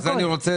בסדר.